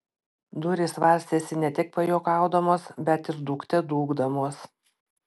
durys varstėsi ne tik pajuokaudamos bet ir dūkte dūkdamos